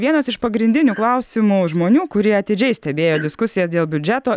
vienas iš pagrindinių klausimų žmonių kurie atidžiai stebėjo diskusijas dėl biudžeto